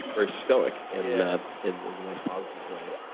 very stoic in in the most positive way.